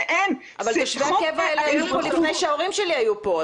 אבל תושבי הקבע הזה היו פה לפני שההורים שלי היו פה,